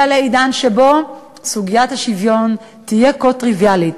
לעידן שבו סוגיית השוויון תהיה כה טריוויאלית.